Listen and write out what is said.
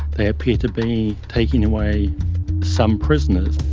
they appear to be taking away some prisoners.